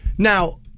Now